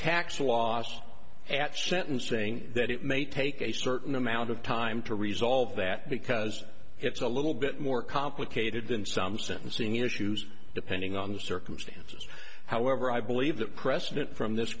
tax loss at sentencing that it may take a certain amount of time to resolve that because it's a little bit more complicated than some sentencing issues depending on the circumstances however i believe that precedent from this